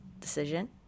decision